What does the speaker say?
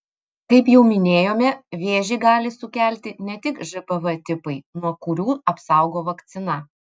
kaip jau minėjome vėžį gali sukelti ne tik žpv tipai nuo kurių apsaugo vakcina